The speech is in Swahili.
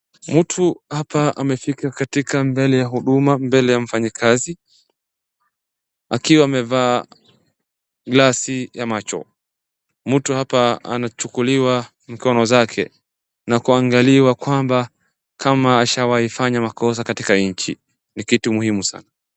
Mtu hapa amefika katika mbele ya huduma mbele ya mfanyikazi akiwa amevaa glasi ya macho. Mtu hapa anachukuliwa mikono zake na kuangaliwa kwamba kama ashawaifanya makosa katika nchi, ni kitu muhimu sana.